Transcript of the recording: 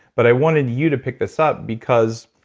but i wanted you to pick this up because